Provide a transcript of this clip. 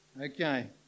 Okay